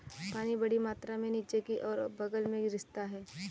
पानी बड़ी मात्रा में नीचे की ओर और बग़ल में रिसता है